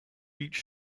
each